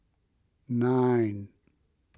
nine